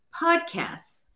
podcasts